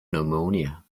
pneumonia